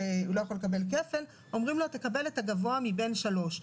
הוא לא יכול לקבל כפל ואומרים לו: תקבל את הגבוה מבין שלוש,